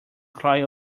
crying